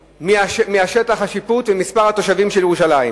משטח השיפוט ומספר התושבים של ירושלים,